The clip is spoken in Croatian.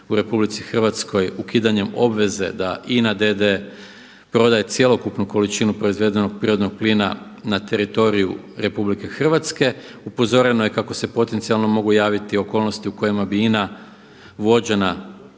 u Republici Hrvatskoj ukidanjem obveze da INA d.d. prodaje cjelokupnu količinu proizvedenog prirodnog plina na teritoriju RH. Upozoreno je kako se potencijalno mogu javiti okolnosti u kojima bi INA vođena,